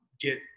get